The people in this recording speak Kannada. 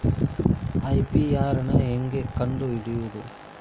ಎ.ಪಿ.ಆರ್ ನ ಹೆಂಗ್ ಕಂಡ್ ಹಿಡಿಯೋದು?